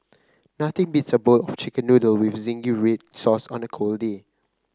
nothing beats a bowl of chicken noodle with zingy red sauce on a cold day